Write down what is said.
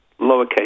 lowercase